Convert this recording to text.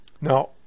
Now